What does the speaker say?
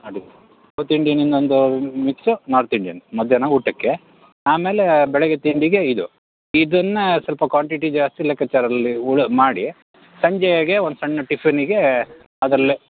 ಅದಕ್ಕೆ ಸೌತ್ ಇಂಡಿಯನಿಂದ ಒಂದು ಮಿಕ್ಸು ನಾರ್ತ್ ಇಂಡಿಯನ್ ಮಧ್ಯಾಹ್ನ ಊಟಕ್ಕೆ ಆಮೇಲೆ ಬೆಳಗ್ಗೆ ತಿಂಡಿಗೆ ಇದು ಇದನ್ನು ಸ್ವಲ್ಪ ಕ್ವಾಂಟಿಟಿ ಜಾಸ್ತಿ ಲೆಕ್ಕಾಚಾರಲ್ಲಿ ಉಳ ಮಾಡಿ ಸಂಜೆಗೆ ಒಂದು ಸಣ್ಣ ಟಿಫಿನಿಗೆ ಅದರಲ್ಲಿ